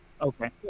Okay